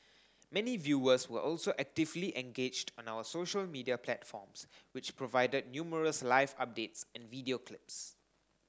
many viewers were also actively engaged on our social media platforms which provided numerous live updates and video clips